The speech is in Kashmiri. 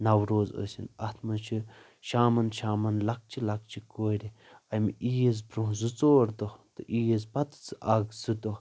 نَو روز ٲسِنۍ اتھ منٛز چھِ شامن شامن لکچہِ لکچہِ کورِ امہِ عیٖز بروٛنہہ زٕ ژور دۄہ تہٕ عیٖز پتہٕ اکھ زٕ دۄہ